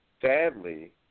sadly